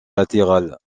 latérales